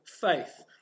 faith